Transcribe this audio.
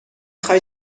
خوای